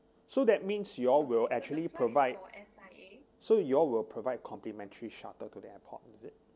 so that means y'all will actually provide so y'all will provide complimentary shuttle to the airport is it